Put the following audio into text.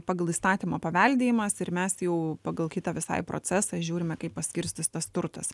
pagal įstatymą paveldėjimas ir mes jau pagal kitą visai procesą žiūrime kaip paskirstystas turtas